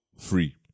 free